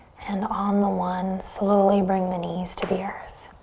and on the one, slowly bring the knees to the earth.